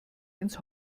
ins